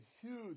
huge